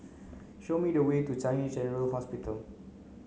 show me the way to Changi General Hospital